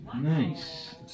Nice